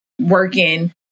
working